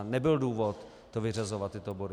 Nebyl důvod to vyřazovat, tyto body.